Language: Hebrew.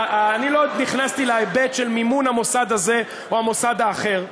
אני לא נכנסתי להיבט של מימון המוסד הזה או המוסד האחר.